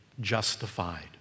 justified